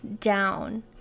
down